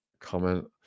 comment